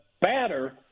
batter